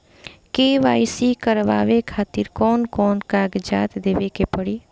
KYC करवावे खातिर कौन कौन कागजात देवे के पड़ी?